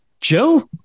Joe